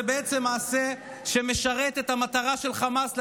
זה בעצם מעשה שמשרת את המטרה של חמאס,